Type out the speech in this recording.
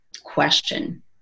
question